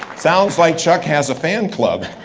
sounds like chuck has a fan club.